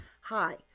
Hi